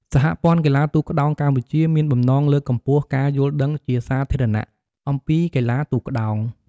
សហព័ន្ធកីឡាទូកក្ដោងកម្ពុជាមានបំណងលើកកម្ពស់ការយល់ដឹងជាសាធារណៈអំពីកីឡាទូកក្ដោង។